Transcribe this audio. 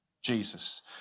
Jesus